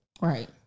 Right